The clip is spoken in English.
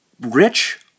rich